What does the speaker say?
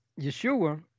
Yeshua